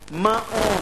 מעון,